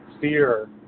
fear